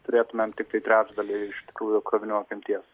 turėtumėm tiktai trečdalį iš tikrųjų krovinių apimties